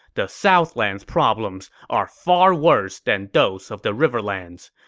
the southlands' problems are far worse than those of the riverlands',